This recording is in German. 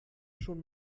schon